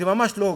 זה ממש לא הוגן.